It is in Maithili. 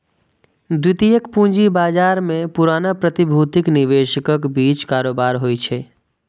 द्वितीयक पूंजी बाजार मे पुरना प्रतिभूतिक निवेशकक बीच कारोबार होइ छै